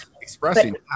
expressing